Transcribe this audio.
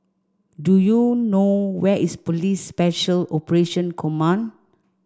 do you know where is Police Special Operation Command